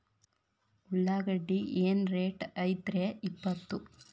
ಉಳ್ಳಾಗಡ್ಡಿ ಏನ್ ರೇಟ್ ಐತ್ರೇ ಇಪ್ಪತ್ತು?